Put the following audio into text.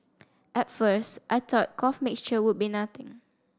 at first I thought cough mixture would be nothing